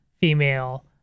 female